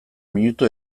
minutu